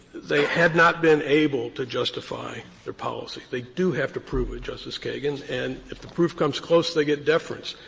they have not been able to justify their policy. they do have to prove it, justice kagan, and if the proof comes close they get deference.